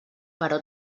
però